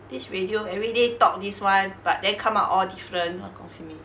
this radio every day talk this [one] but then come out all different uh gong simi